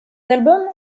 album